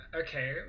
okay